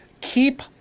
keep